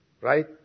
Right